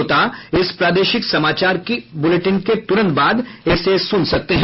श्रोता इस प्रादेशिक समाचार बुलेटिन के तुरंत बाद इसे सुन सकते हैं